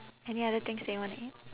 any other things that you wanna eat